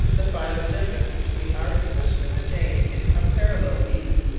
the final difference between our position and the jane in a parallel ease,